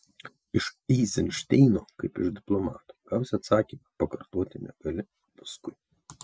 iš eizenšteino kaip iš diplomato gausi atsakymą pakartoti negali paskui